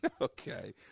okay